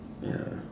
ya